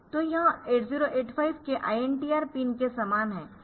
तो यह 8085 के INTR पिन के समान है